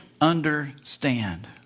understand